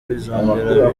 bizongera